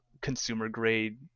consumer-grade